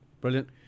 Brilliant